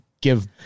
give